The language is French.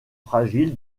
fragile